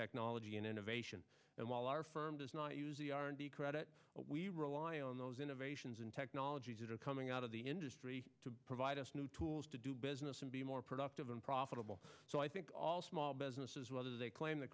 technology and innovation and while our firm does not use the r and d credit we rely on those innovations and technologies that are coming out of the industry to provide us new tools to do business and be more productive and profitable so i think all small businesses whether they claim th